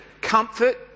comfort